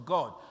God